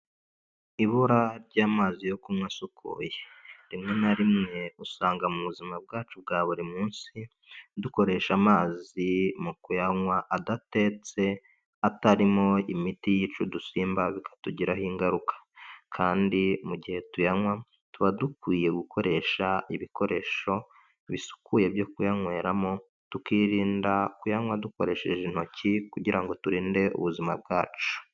Ibura ry'amazi yo kunywa asukuye, rimwe na rimwe usanga mu buzima bwacu bwa buri munsi dukoresha amazi mu kuyanywa adatetse ha atarimo imiti yi'ca udusimba bikatugiraho ingaruka kandi mu gihe tuyanywa tuba dukwiye gukoresha ibikoresho bisukuye byo kuyanyweramo, tukirinda kuyanywa dukoresheje intoki kugira ngo turinde ubuzima bwacu.